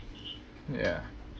ya